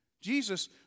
Jesus